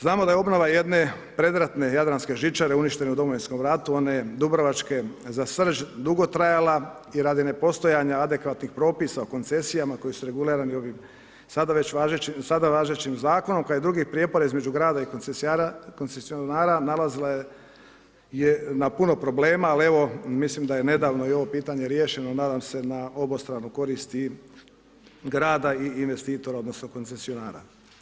Znamo da je obnova jedne predratne Jadranske žičare uništena u Domovinskom ratu, one Dubrovačke za srž dugo trajala i radi nepostojanja adekvatnih procesa o koncesijama koje su regulirane ovim, sada važećim zakonom, kao i drugih prijepora između grada i koncesionara nailazila je na puno problema, ali evo mislim da je nedavno i ovo pitanje riješeno, nadam se na obostranu korist i grada i investitora, odnosno koncesionara.